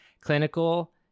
clinical